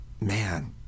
Man